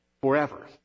forever